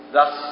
Thus